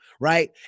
right